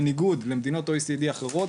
בניגוד למדינות OECD אחרות,